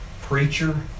preacher